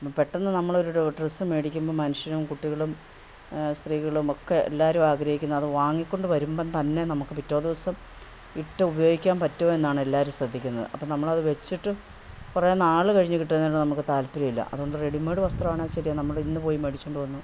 പെട്ടെന്ന് നമ്മൾ ഒരു ഡ്രസ്സ് മേടിക്കുമ്പോൾ മൻഷ്യനും കുട്ടികളും സ്ത്രീകളും ഒക്കെ എല്ലാവരും ആഗ്രഹിക്കുന്ന അത് വാങ്ങിക്കൊണ്ട് വരുമ്പം തന്നെ നമുക്ക് പിറ്റേ ദിവ്സം ഇട്ട് ഉപയോഗിക്കാൻ പറ്റുമോ എന്നാണ് എല്ലാവരും ശ്രദ്ധിക്കുന്നത് അപ്പം നമ്മൾ അത് വെച്ചിട്ട് കുറെ നാൾ കഴിഞ്ഞ് കിട്ടുന്നതിനോട്ട് നമുക്ക് താൽപ്പര്യമി ല്ല അത്കൊണ്ട് റെഡിമേഡ് വസ്ത്രമാണ് ശരി അത് നമ്മൾ ഇന്ന് പോയി മേടിച്ചോണ്ട് വന്നു